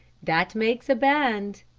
that makes a band.